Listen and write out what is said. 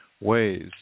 ways